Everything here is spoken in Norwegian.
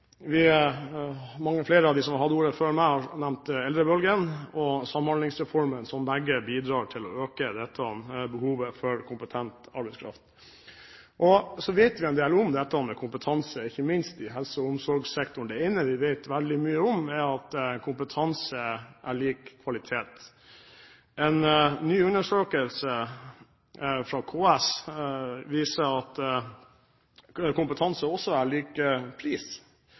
Vi vet en del om dette med kompetanse, ikke minst i helse- og omsorgssektoren. Det ene vi vet veldig mye om, er at kompetanse er lik kvalitet. En ny undersøkelse fra KS viser at kompetanse også er lik pris